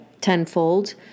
tenfold